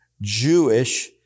Jewish